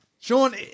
Sean